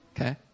Okay